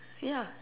ya